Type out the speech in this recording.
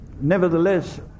Nevertheless